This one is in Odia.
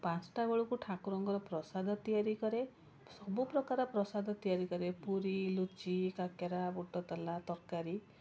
ପାଞ୍ଚଟା ବେଳକୁ ଠାକୁରଙ୍କର ପ୍ରସାଦ ତିଆରି କରେ ସବୁପ୍ରକାର ପ୍ରସାଦ ତିଆରି କରେ ପୁରୀ ଲୁଚି କାକେରା ବୁଟ ତେଲା ତରକାରୀ